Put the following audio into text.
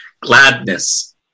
gladness